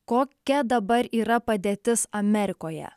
kokia dabar yra padėtis amerikoje